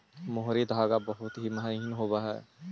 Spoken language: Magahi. मोहरी धागा बहुत ही महीन होवऽ हई